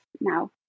now